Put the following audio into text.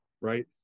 right